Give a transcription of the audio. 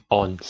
on